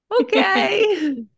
Okay